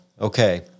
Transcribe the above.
Okay